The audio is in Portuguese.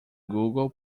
google